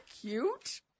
cute